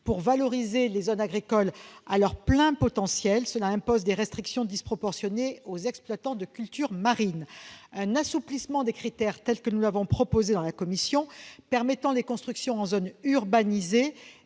pour valoriser les zones agricoles selon leur plein potentiel. Elle impose des restrictions disproportionnées aux exploitants de cultures marines. Un assouplissement des critères, tel que le propose la commission, qui permettrait des constructions en zone non urbanisée,